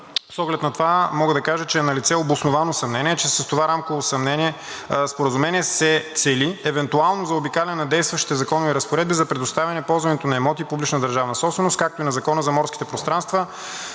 С оглед на това мога да кажа, че е налице обосновано съмнение, че с това рамково споразумение се цели евентуално заобикаляне на действащите законови разпоредби за предоставяне ползването на имоти – публична държавна собственост, както и на Закона за морските пространства,